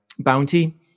bounty